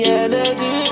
energy